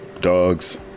dogs